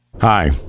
Hi